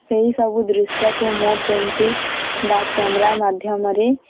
ସେହି ସବୁ ଦୃଶ୍ୟକୁ ମୁଁ ପେଣ୍ଟିଙ୍ଗ ବା କ୍ୟାମେରା ମାଧ୍ୟମରେ